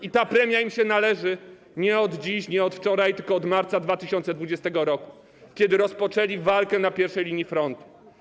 I ta premia im się należy nie od dziś, nie od wczoraj, tylko od marca 2020 r., kiedy rozpoczęli walkę na pierwszej linii frontu.